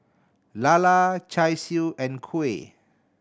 lala Char Siu and kuih